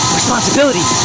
responsibility